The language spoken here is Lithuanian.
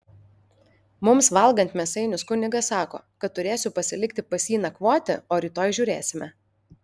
mums valgant mėsainius kunigas sako kad turėsiu pasilikti pas jį nakvoti o rytoj žiūrėsime